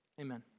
Amen